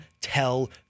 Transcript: tell